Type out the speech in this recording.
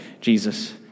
Jesus